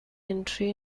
entry